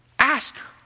ask